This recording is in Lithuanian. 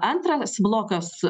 antras blokas